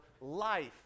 life